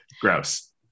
Gross